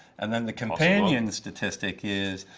and then the companion statistic is,